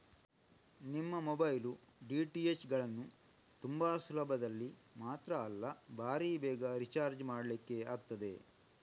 ನಿಮ್ಮ mobile, DTH ಗಳನ್ನ ತುಂಬಾ ಸುಲಭದಲ್ಲಿ ಮಾತ್ರ ಅಲ್ಲ ಭಾರೀ ಬೇಗ ರಿಚಾರ್ಜ್ ಮಾಡ್ಲಿಕ್ಕೆ ಆಗ್ತದೆ